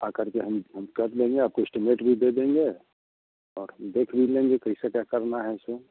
आकर के हम फोन कर देंगे आपको एस्टीमेट भी दे देंगे और हम देख भी लेंगे कैसे क्या करना है उसमें